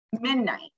midnight